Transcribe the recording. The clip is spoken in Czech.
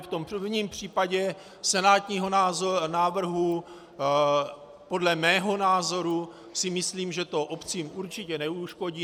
V prvním případě senátního návrhu podle mého názoru si myslím, že to obcím určitě neuškodí.